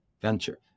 venture